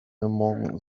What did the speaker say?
among